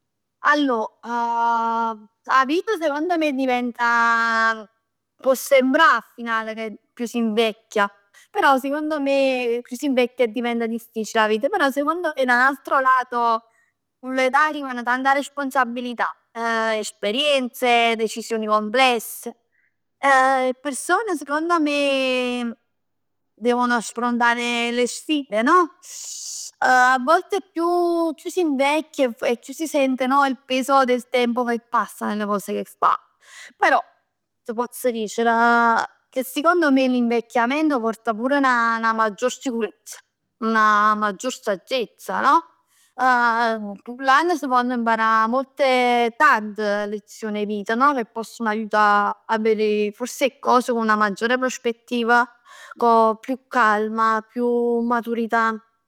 Allor 'a vit sicond me diventa, può sembrà a finale che più si invecchia, però secondo me più si invecchia e diventa difficile 'a vita, però dall'altro lato cu l'età arrivan tante responsabilità. Esperienze, decisioni complesse. 'E persone secondo me devono affrontare le sfide no? A volte più si invecchia e più si sente no? Il peso del tempo in quelle cose che si fa, però t' pozz dicere ca secondo me l'invecchiamento porta pure 'na maggior sicurezza, 'na maggior saggezza no? Cu l'ann mparà molte, tante lezioni 'e vita no? Che possono aiuta a vedè forse 'e cose cu 'na maggiore prospettiva, co più calma, co più maturità.